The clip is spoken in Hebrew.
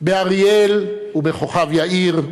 באריאל ובכוכב-יאיר,